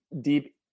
deep